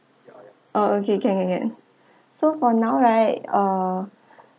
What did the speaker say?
oh okay can can can so for now right ah